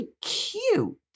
cute